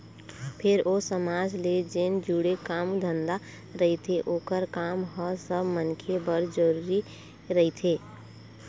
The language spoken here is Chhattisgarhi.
फेर ओ समाज ले जेन जुड़े काम धंधा रहिथे ओखर काम ह सब मनखे बर जरुरी रहिथे